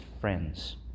friends